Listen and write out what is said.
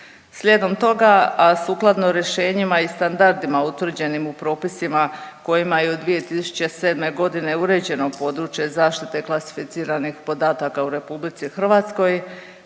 Slijedom toga, a sukladno rješenjima i standardima utvrđenim u propisima kojima je 2007. g. uređeno područje zaštite klasificiranih podataka u RH, kao